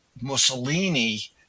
Mussolini